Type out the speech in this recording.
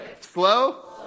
slow